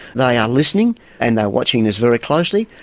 they are listening and they are watching this very closely,